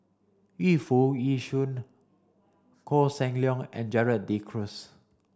Yu Foo Yee Shoon Koh Seng Leong and Gerald De Cruz